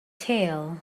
tale